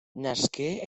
nasqué